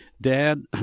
Dad